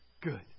good